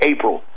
April